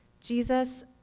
Jesus